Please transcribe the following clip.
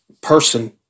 person